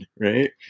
right